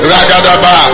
Ragadaba